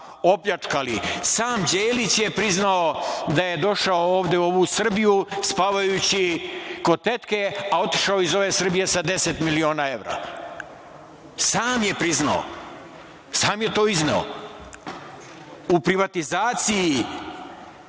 Sam Đelić je priznao da je došao ovde u ovu Srbiju spavajući kod tetke, a otišao iz ove Srbije sa deset miliona evra. Sam je priznao. Sam je to izneo. U privatizaciji